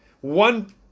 one